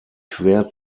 quer